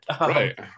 right